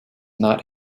not